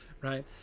right